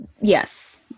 yes